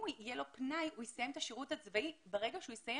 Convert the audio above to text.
אם יהיה לו פנאי הוא יסיים את השירות הצבאי וברגע שהוא יסיים,